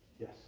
Yes